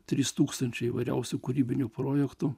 trys tūkstančiai įvairiausių kūrybinių projektų